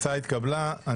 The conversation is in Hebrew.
אין ההצעה התקבלה פה אחד.